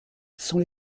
sont